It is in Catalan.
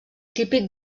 típic